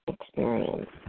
experience